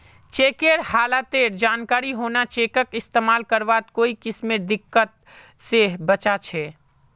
चेकेर हालतेर जानकारी होना चेकक इस्तेमाल करवात कोई किस्मेर दिक्कत से बचा छे